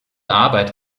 arbeit